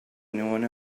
anyone